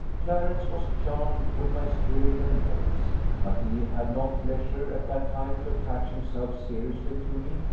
clarence was charmed with my spirit and grace but he had not leisure at that time to attach himself seriously to me,